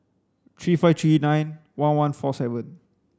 three five three nine one one four seven